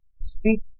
speak